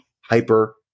hyper